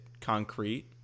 concrete